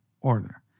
order